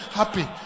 happy